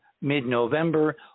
mid-November